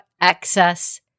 excess